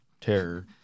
Terror